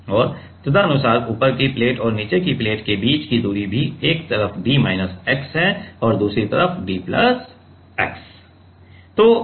और तदनुसार ऊपर की प्लेट और नीचे की प्लेट के बीच की दूरी भी एक तरफ यह d माइनस x है और दूसरी तरफ यह d प्लस x है